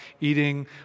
eating